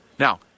Now